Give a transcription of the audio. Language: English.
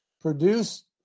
produced